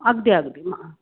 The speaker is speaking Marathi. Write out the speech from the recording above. अगदी अगदी